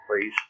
please